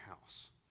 house